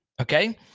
Okay